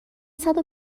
صدو